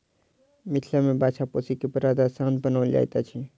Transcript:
मिथिला मे बाछा पोसि क बड़द वा साँढ़ बनाओल जाइत अछि